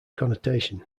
connotation